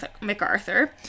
MacArthur